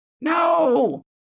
No